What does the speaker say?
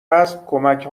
هست، کمک